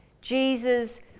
Jesus